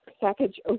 package